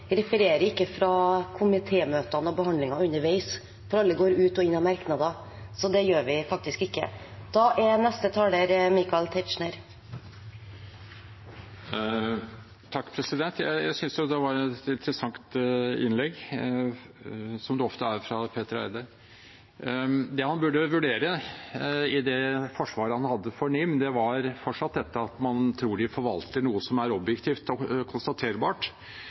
ikke. Jeg synes det var et interessant innlegg, som det ofte er fra representanten Petter Eide. Det han burde vurdere i det forsvaret han hadde for NIM, er fortsatt dette at man tror de forvalter noe som er objektivt og konstaterbart.